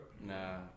Nah